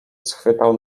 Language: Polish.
schwytał